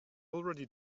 already